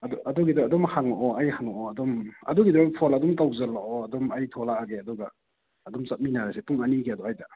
ꯑꯗꯣ ꯑꯗꯨꯒꯤꯗꯣ ꯑꯗꯨꯝ ꯍꯪꯉꯛꯑꯣ ꯑꯩ ꯍꯪꯉꯛꯑꯣ ꯑꯗꯨꯝ ꯑꯗꯨꯒꯤꯗꯣ ꯐꯣꯟ ꯑꯗꯨꯝ ꯇꯧꯖꯜꯂꯛꯑꯣ ꯑꯗꯨꯝ ꯑꯩ ꯊꯣꯛꯂꯛꯑꯒꯦ ꯑꯗꯨꯒ ꯑꯗꯨꯝ ꯆꯠꯃꯤꯟꯅꯔꯁꯤ ꯄꯨꯡ ꯑꯅꯤꯒꯤ ꯑꯗ꯭ꯋꯥꯏꯗ